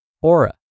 aura